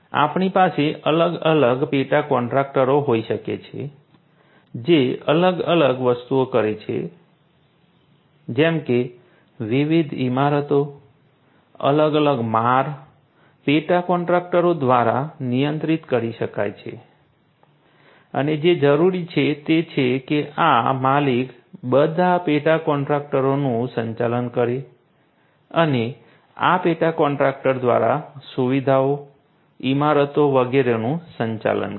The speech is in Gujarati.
આપણી પાસે અલગ અલગ પેટા કોન્ટ્રાક્ટરો હોઈ શકે છે જે અલગ અલગ વસ્તુઓ કરે છે જેમ કે વિવિધ ઇમારતો અલગ અલગ માળ પેટા કોન્ટ્રાક્ટરો દ્વારા નિયંત્રિત કરી શકાય છે અને જે જરૂરી છે તે છે કે આ માલિક બધા પેટા કોન્ટ્રાક્ટરોનું સંચાલન કરે અને આ પેટા કોન્ટ્રાક્ટર દ્વારા સુવિધાઓ ઇમારતો વગેરેનું સંચાલન કરે